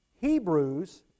Hebrews